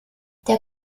der